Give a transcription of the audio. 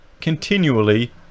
continually